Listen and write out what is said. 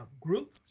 group.